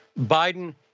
biden